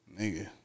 Nigga